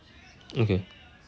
okay